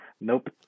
Nope